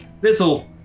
this'll